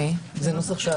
זה נוסח שעבר?